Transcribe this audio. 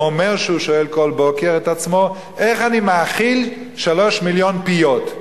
או אומר שהוא שואל כל בוקר את עצמו: איך אני מאכיל 3 מיליון פיות?